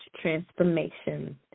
Transformation